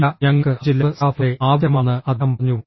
ഇല്ല ഞങ്ങൾക്ക് അഞ്ച് ലാബ് സ്റ്റാഫുകളെ ആവശ്യമാണെന്ന് അദ്ദേഹം പറഞ്ഞു